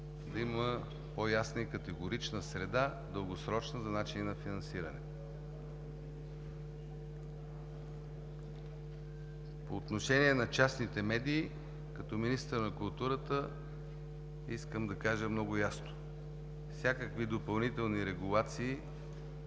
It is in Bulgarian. да има по-ясна, категорична и дългосрочна среда за начина на финансиране. По отношение на частните медии като министър на културата искам да кажа много ясно: всякакви допълнителни регулации